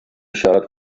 siarad